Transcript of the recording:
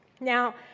Now